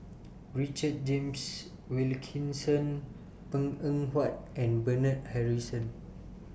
Richard James Wilkinson Png Eng Huat and Bernard Harrison